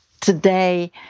today